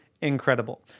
incredible